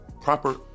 proper